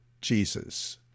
Jesus